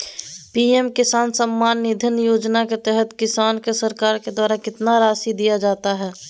PM Kisan Samman Nidhi Yojana के तहत किसान को सरकार के द्वारा कितना रासि दिया जाता है?